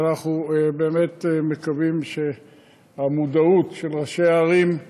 אנחנו מקווים שהמודעות של ראשי הערים,